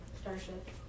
Starship